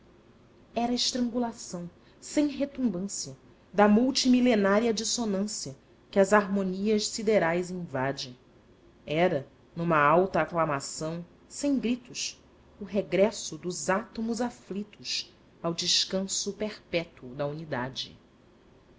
era a estrangulaçao sem retumbância da multimilenária dissonância que as harmonias siderais invade era numa alta aclamação sem gritos o regresso dos átomos aflitos ao descanso perpétuo da unidade